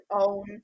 own